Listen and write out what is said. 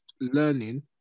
learning